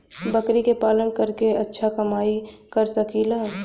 बकरी के पालन करके अच्छा कमाई कर सकीं ला?